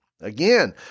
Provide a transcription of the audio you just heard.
Again